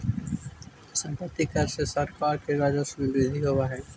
सम्पत्ति कर से सरकार के राजस्व में वृद्धि होवऽ हई